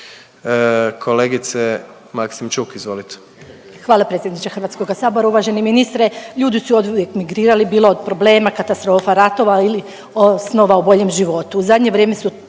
izvolite. **Maksimčuk, Ljubica (HDZ)** Hvala predsjedniče HS-a, uvaženi ministre. Ljudi su oduvijek migrirali, bilo od problema, katastrofa, ratova ili snova o boljem životu.